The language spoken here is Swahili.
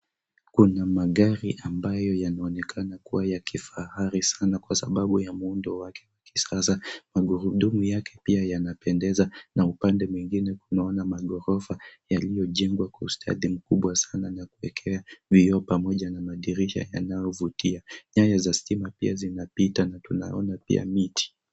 Kuna magari ambayo yanaonekana kuwa ya kifahari sana kwa sababu ya muundo wake wa kisasa. Magurudumu yake pia yanapendeza na upande mwingine tunaona maghorofa yaliyojengwa kwa ustadi mkubwa sana na wa kipekee, vioo pamoja na madirisha yanayovutia. Nyaya za stima pia zinapita na tunaona pia miti.